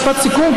משפט סיכום,